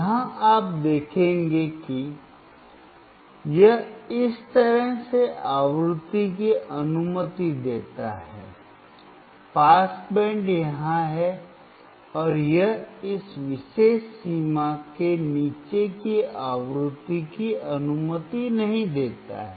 यहां आप देखेंगे कि यह इस तरफ से आवृत्ति की अनुमति देता है पास बैंड यहां है और यह इस विशेष सीमा के नीचे की आवृत्ति की अनुमति नहीं देता है